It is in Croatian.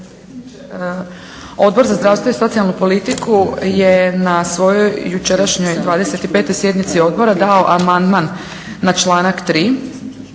Odbor za zdravstvo i socijalnu politiku je na svojoj jučerašnjoj 25. sjednici Odbora dao amandman na članak 3.